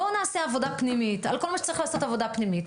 בואו נעשה עבודה פנימית על כל מה שצריך לעשות עבודה פנימית,